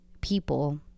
people